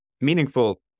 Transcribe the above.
meaningful